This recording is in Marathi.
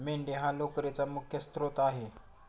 मेंढी हा लोकरीचा मुख्य स्त्रोत आहे